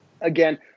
Again